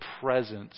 presence